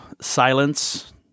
silence